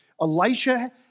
Elisha